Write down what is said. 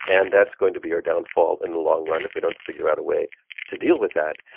and that's going to be our downfall in the long run, if we don't figure out a way to deal with that.